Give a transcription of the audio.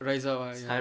rise up ah ya